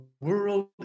world